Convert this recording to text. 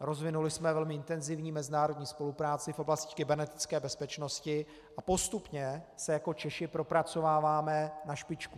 rozvinuli jsme velmi intenzivní mezinárodní spolupráci v oblasti kybernetické bezpečnosti a postupně se jako Češi propracováváme na špičku.